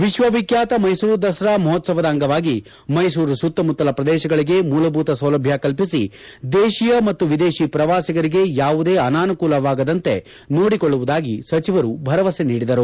ವಿಶ್ವ ವಿಖ್ಯಾತ ಮೈಸೂರು ದಸರಾ ಮಹೋತ್ಸವದ ಅಂಗವಾಗಿ ಮೈಸೂರು ಸುತ್ತಮುತ್ತಲ ಪ್ರದೇಶಗಳಿಗೆ ಮೂಲಭೂತ ಸೌಲಭ್ಯ ಕಲ್ಪಿಸಿ ದೇಶಿಯ ಮತ್ತು ವಿದೇಶಿ ಪ್ರವಾಸಿಗರಿಗೆ ಯಾವುದೇ ಅನಾನುಕೂಲ ಆಗದಂತೆ ನೋಡಿಕೊಳ್ಳುವುದಾಗಿ ಸಚಿವರು ಭರವಸೆ ನೀಡಿದರು